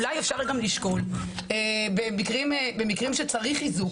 אולי אפשר גם לשקול במקרים שצריך איזוק,